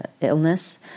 illness